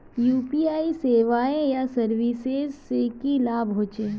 UPI सेवाएँ या services से की लाभ होचे?